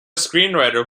screenwriter